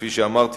כפי שאמרתי,